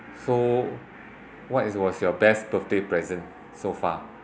so what is was your best birthday present so far